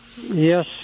Yes